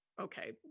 okay